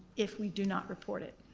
if we do not report it.